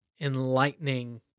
enlightening